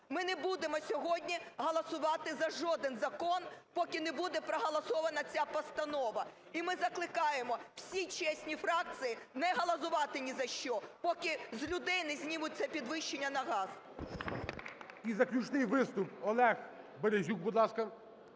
Ми не будемо сьогодні голосувати за жоден закон, поки не буде проголосована ця постанова. І ми закликаємо всі чесні фракції не голосувати ні за що, поки з людей не знімуть це підвищення на газ. ГОЛОВУЮЧИЙ. І заключний виступ – Олег Березюк, будь ласка.